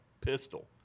pistol